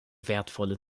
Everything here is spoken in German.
wertvolle